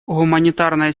гуманитарная